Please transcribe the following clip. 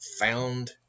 found